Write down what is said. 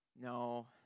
No